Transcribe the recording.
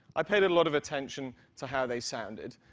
i paid a lot of attention to how they sounded.